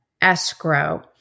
escrow